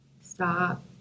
stop